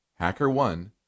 HackerOne